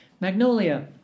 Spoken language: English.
Magnolia